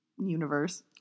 universe